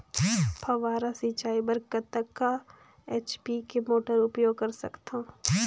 फव्वारा सिंचाई बर कतका एच.पी के मोटर उपयोग कर सकथव?